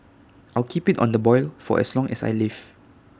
I'll keep IT on the boil for as long as I live